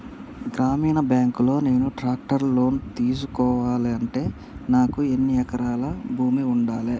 గ్రామీణ బ్యాంక్ లో నేను ట్రాక్టర్ను లోన్ ద్వారా తీసుకోవాలంటే నాకు ఎన్ని ఎకరాల భూమి ఉండాలే?